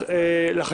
לקטנות.